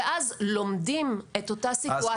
ואז לומדים את הסיטואציה.